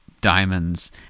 diamonds